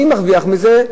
מי מרוויח מזה?